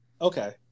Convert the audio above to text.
Okay